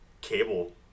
Cable